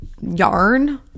yarn